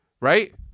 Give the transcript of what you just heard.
right